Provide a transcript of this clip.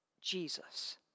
Jesus